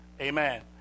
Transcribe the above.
amen